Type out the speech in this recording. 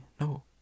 no